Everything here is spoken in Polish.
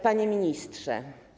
Panie Ministrze!